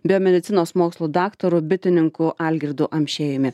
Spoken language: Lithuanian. biomedicinos mokslų daktaru bitininku algirdu amšiejumi